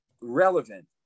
relevant